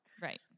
Right